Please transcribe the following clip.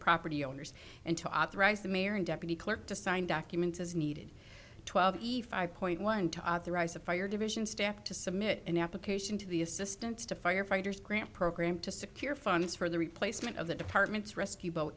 property owners and to authorize the mayor and deputy clerk to sign documents as needed twelve point one to authorize the fire division staff to submit an application to the assistant to firefighters grant program to secure funds for the replacement of the department's rescue boat